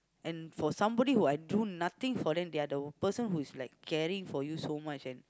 and for somebody that I do nothing for them they are the person who is like caring for you so much and